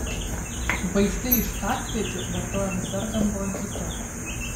vaistai iš katpėdžių vartojami sergant bronchitu